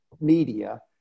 media